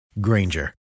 Granger